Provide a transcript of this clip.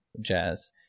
jazz